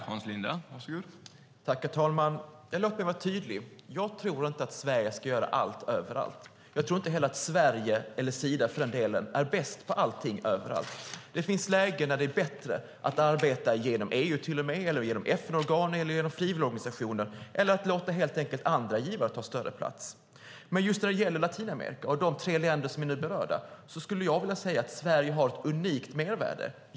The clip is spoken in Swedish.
Herr talman! Låt mig vara tydlig: Jag tror inte att Sverige ska göra allt överallt. Jag tror inte heller att Sverige eller för den delen Sida är bäst på allt överallt. Det finns lägen där det är bättre att arbeta genom EU till och med, genom FN-organ eller genom frivilligorganisationer eller att helt enkelt låta andra givare ta större plats. Men just när det gäller Latinamerika och de tre länder som nu är berörda skulle jag vilja säga att Sverige har ett unikt mervärde.